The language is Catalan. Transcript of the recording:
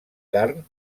carn